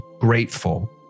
grateful